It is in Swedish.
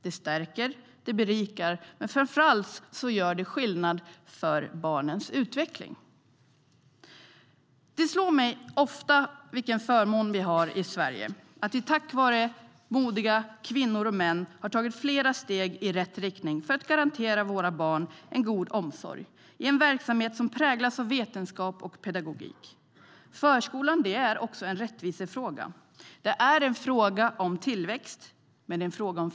Det stärker och berikar, men framför allt gör det skillnad för barnens utveckling. Det slår mig ofta vilken förmån vi har i Sverige att vi tack vare modiga kvinnor och män har tagit flera steg i rätt riktning för att garantera våra barn en god omsorg i en verksamhet som präglas av vetenskap och pedagogik. Förskolan är också en rättvisefråga. Det är en fråga om tillväxt och framtid.